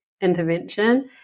intervention